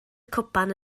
cwpan